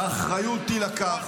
האחריות תילקח.